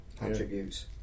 attributes